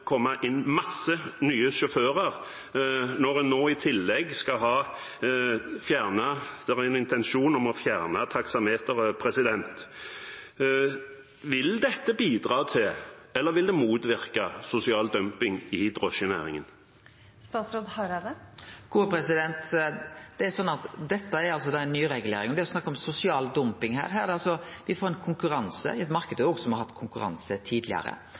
komme inn mange nye sjåfører når det nå i tillegg er en intensjon om å fjerne taksameteret. Vil dette bidra til eller vil det motvirke sosial dumping i drosjenæringen? Det er slik at dette er ei nyregulering. Ein snakkar om sosial dumping her. Me får ein konkurranse i ein marknad som også har hatt konkurranse